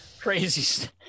Crazy